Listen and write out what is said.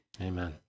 Amen